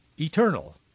eternal